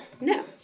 No